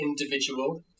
individual